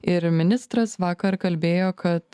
ir ministras vakar kalbėjo kad